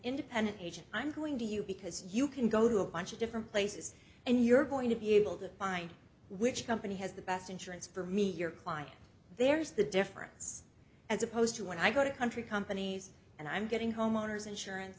independent agent i'm going to you because you can go to a bunch of different places and you're going to be able to find which company has the best insurance for me your client there is the difference as opposed to when i go to country companies and i'm getting homeowners insurance